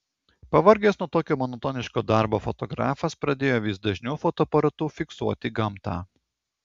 pavargęs nuo tokio monotoniško darbo fotografas pradėjo vis dažniau fotoaparatu fiksuoti gamtą